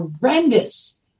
horrendous